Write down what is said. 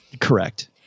Correct